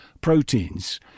proteins